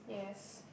yes